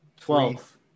Twelve